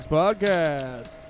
podcast